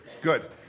Good